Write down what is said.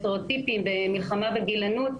סטריאוטיפים ומלחמה בגילנות.